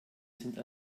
sind